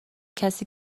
کسی